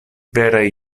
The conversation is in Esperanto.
vere